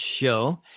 Show